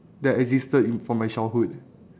that existed in from my childhood